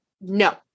No